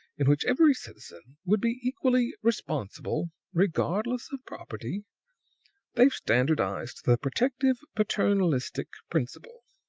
in which every citizen would be equally responsible regardless of property they've standardized the protective, paternalistic principle.